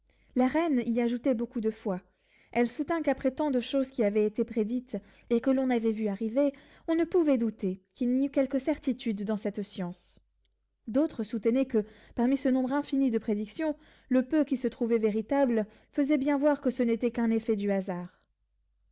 la reine y ajoutait beaucoup de foi elle soutint qu'après tant de choses qui avaient été prédites et que l'on avait vu arriver on ne pouvait douter qu'il n'y eût quelque certitude dans cette science d'autres soutenaient que parmi ce nombre infini de prédictions le peu qui se trouvaient véritables faisait bien voir que ce n'était qu'un effet du hasard